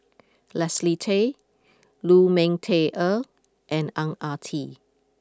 Leslie Tay Lu Ming Teh Earl and Ang Ah Tee